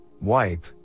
wipe